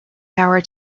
power